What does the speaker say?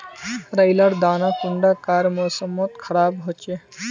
राई लार दाना कुंडा कार मौसम मोत खराब होचए?